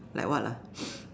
like what ah